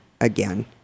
again